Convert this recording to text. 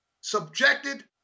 subjected